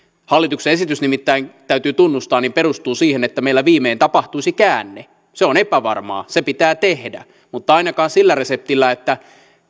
hallituksen esitys nimittäin täytyy tunnustaa perustuu siihen että meillä viimein tapahtuisi käänne se on epävarmaa se pitää tehdä mutta ainakaan sillä reseptillä että